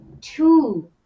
two